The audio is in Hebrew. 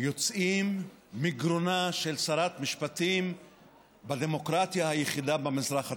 יוצאים מגרונה של שרת משפטים בדמוקרטיה היחידה במזרח התיכון.